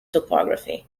topography